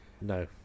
no